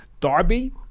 Darby